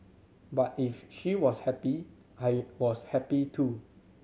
but if she was happy I was happy too